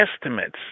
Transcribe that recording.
estimates